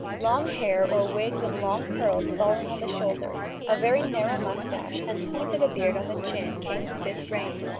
long hair or wigs of long curls falling on the shoulders, a very narrow moustache and point of beard on the chin came with this reign.